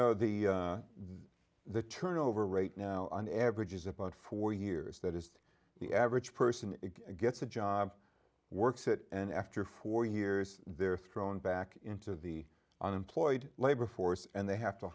know the the turnover rate now on average is about four years that is the average person gets a job works it and after four years they're thrown back into the unemployed labor force and they have to